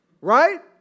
Right